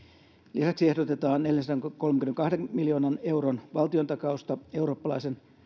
lisäksi ehdotetaan neljänsadankolmenkymmenenkahden miljoonan euron valtiontakausta eurooppalaisen